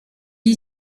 est